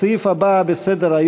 הסעיף הבא בסדר-היום,